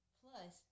plus